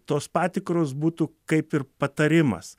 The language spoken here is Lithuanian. tos patikros būtų kaip ir patarimas